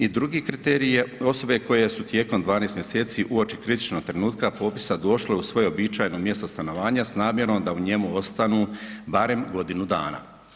I drugi kriterij je, osobe koje su tijekom 12 mjeseci uoči kritičnog trenutka popisa došle u svoje uobičajeno mjesto stanovanja s namjerom da u njemu ostanu barem godinu dana.